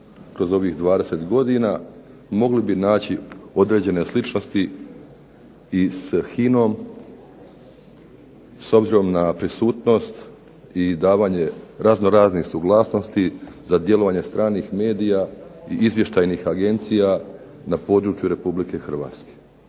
kroz ovih 20 godina, mogli bi naći određene sličnosti i s HINA-om s obzirom na prisutnost i davanje razno razne suglasnosti za djelovanje stranih medija i izvještajnih agencija na području RH. A ipak